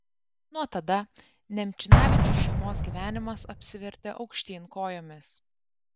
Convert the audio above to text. nuo tada nemčinavičių šeimos gyvenimas apsivertė aukštyn kojomis